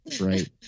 right